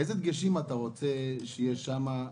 איזה דגשים אתה רוצה שיהיו שם,